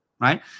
right